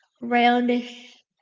roundish